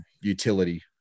utility